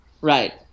Right